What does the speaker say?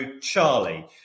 Charlie